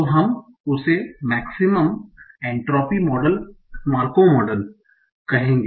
तो हम उसे मेक्सिमम एंट्रोपी मार्कोव मॉडल कहेंगे